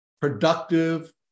productive